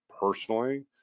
personally